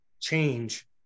change